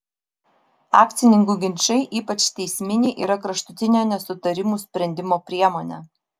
akcininkų ginčai ypač teisminiai yra kraštutinė nesutarimų sprendimo priemonė